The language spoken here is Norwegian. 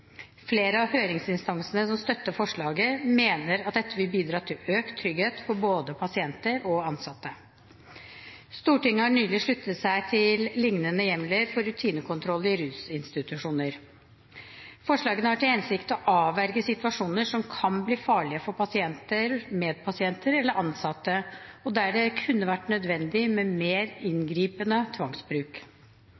Flere av høringsinstansene som støtter forslaget, mener at dette vil bidra til økt trygghet for både pasienter og ansatte. Stortinget har nylig sluttet seg til lignende hjemler for rutinekontroll i rusinstitusjoner. Forslagene har til hensikt å avverge situasjoner som kan bli farlige for pasienter, medpasienter eller ansatte, og der det kunne vært nødvendig med mer